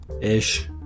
ish